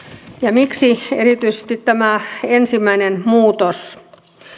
miksi erityisesti tämä ensimmäinen muutos